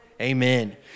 Amen